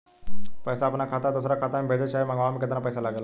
पैसा अपना खाता से दोसरा खाता मे भेजे चाहे मंगवावे में केतना पैसा लागेला?